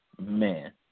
man